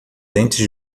dentes